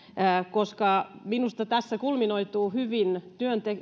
koska minusta tässä kulminoituu hyvin